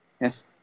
Yes